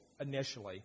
initially